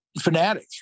fanatic